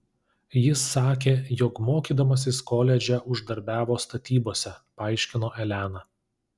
jis sakė jog mokydamasis koledže uždarbiavo statybose paaiškino elena